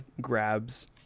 grabs